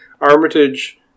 Armitage